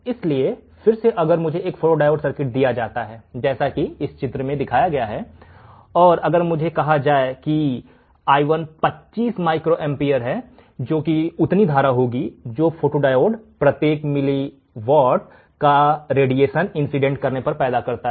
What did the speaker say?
इसलिए फिर से अगर मुझे एक फोटोडायोड सर्किट दिया जाता है जैसा कि चित्र में दिखाया गया है और अगर मुझे कहा गया है कि i1 25 माइक्रोएम्पीयर है जो कि उतनी करेंट होगी जो फोटो डायोड प्रत्येक मिलीवाट का विकिरण इंसीडेंट करने पर पैदा करता है